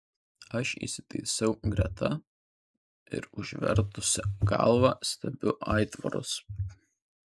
aš įsitaisau greta ir užvertusi galvą stebiu aitvarus